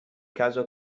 caso